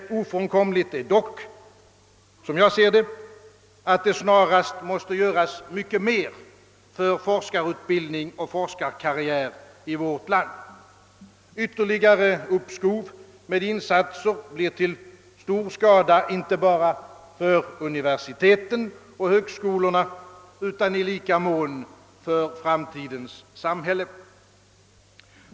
Ofrånkomligt är dock, som jag ser det, att det snarast måste göras mycket mer för forskarutbildning och forskarkarriär i vårt land. Ytterligare uppskov med insatser blir till stor skada inte bara för universitet och högskolor utan i lika mån för framtidens samhälle.